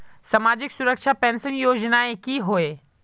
सामाजिक सुरक्षा पेंशन योजनाएँ की होय?